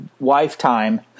lifetime